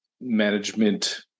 management